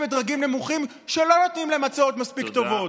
ודרגים נמוכים שלא נותנים להן הצעות מספיק טובות?